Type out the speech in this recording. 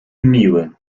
miły